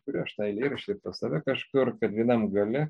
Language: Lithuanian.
prieš tą eilėraštį pas save kažkur tai vienam gale